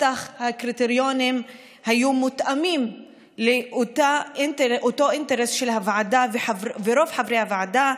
הקריטריונים היו מותאמים לאותו אינטרס של הוועדה ושל רוב חברי הוועדה.